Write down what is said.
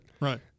Right